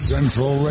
Central